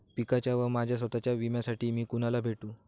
पिकाच्या व माझ्या स्वत:च्या विम्यासाठी मी कुणाला भेटू?